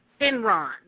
Enron